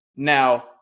Now